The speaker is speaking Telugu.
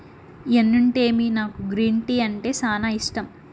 ఎన్నుంటేమి నాకు గ్రీన్ టీ అంటే సానా ఇష్టం